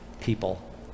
people